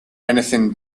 anything